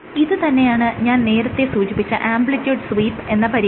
ഇത് തന്നെയാണ് ഞാൻ നേരത്തെ സൂചിപ്പിച്ച ആംപ്ലിട്യൂഡ് സ്വീപ്പ് എന്ന പരീക്ഷണം